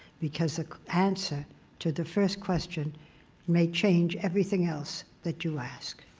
because an answer to the first question may change everything else that you ask.